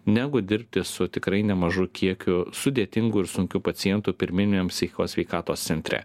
negu dirbti su tikrai nemažu kiekiu sudėtingų ir sunkių pacientų pirminiam psichikos sveikatos centre